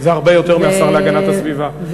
זה הרבה יותר מהשר להגנת הסביבה,